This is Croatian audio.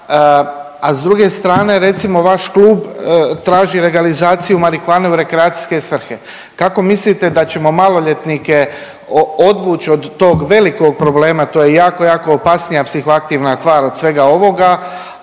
a s druge strane, recimo, vaš klub traži legalizaciju marihuane u rekreacijske svrhe. Kako mislite da ćemo maloljetnike odvući od tog velikog problema, to je jako, jako opasnija psihoaktivna tvar od svega ovoga,